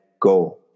go